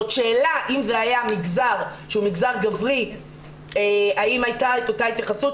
זאת שאלה אם זה היה מגזר שהוא מגזר גברי האם היתה את אותה התייחסות,